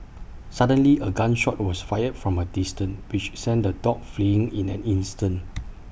suddenly A gun shot was fired from A distance which sent the dogs fleeing in an instant